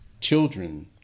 children